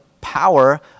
power